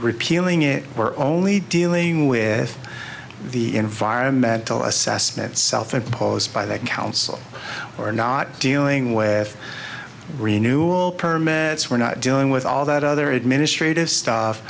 repealing it or only dealing with the environmental assessment self imposed by that council or not dealing with renewal permanents we're not dealing with all that other administrative stuff